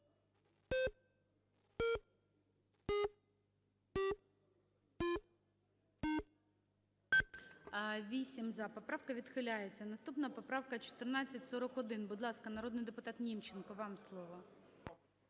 За-8 Поправка відхиляється. Наступна поправка 1441. Будь ласка, народний депутат Німченко, вам слово.